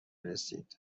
رسید